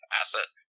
asset